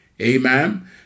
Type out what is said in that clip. Amen